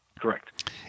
Correct